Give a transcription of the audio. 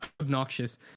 obnoxious